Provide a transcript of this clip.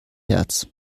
herz